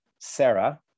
Sarah